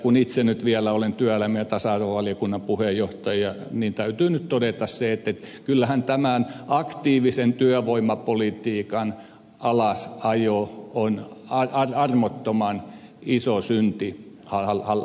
kun itse nyt vielä olen työelämä ja tasa arvovaliokunnan varapuheenjohtaja niin täytyy nyt todeta se että kyllähän tämä aktiivisen työvoimapolitiikan alasajo on armottoman iso synti hallitukselta